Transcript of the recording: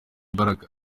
imbaraga